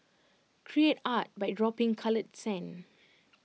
create art by dropping coloured sand